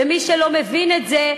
ומי שלא מבין את זה,